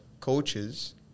coaches